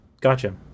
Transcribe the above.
gotcha